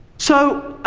so,